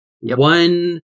one